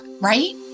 Right